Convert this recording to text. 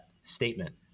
statement